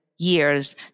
years